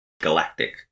galactic